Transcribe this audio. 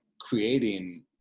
creating